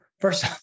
First